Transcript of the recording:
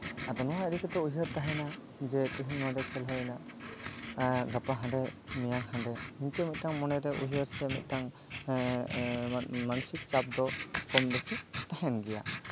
ᱟᱫᱚ ᱱᱚᱣᱟ ᱤᱫᱤ ᱠᱟᱛᱮᱜ ᱩᱭᱦᱟᱹᱨ ᱛᱟᱦᱮᱱᱟ ᱡᱮ ᱛᱮᱦᱮᱧ ᱱᱚᱰᱮ ᱠᱷᱮᱞ ᱦᱩᱭᱱᱟ ᱜᱟᱯᱟ ᱱᱚᱰᱮ ᱢᱮᱭᱟᱝ ᱦᱟᱰᱮ ᱤᱱᱠᱟᱹ ᱢᱤᱫᱴᱟᱝ ᱢᱚᱱᱮᱨᱮ ᱩᱭᱦᱟᱹᱨ ᱥᱮ ᱢᱤᱫᱴᱟᱝ ᱢᱟᱱᱚᱥᱤᱠ ᱪᱟᱯ ᱫᱚ ᱠᱚᱢᱵᱮᱥᱤ ᱛᱟᱦᱮᱱ ᱜᱮᱭᱟ